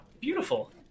Beautiful